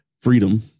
freedom